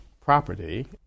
property